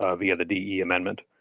ah the other the amendment.